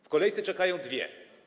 W kolejce czekają dwie.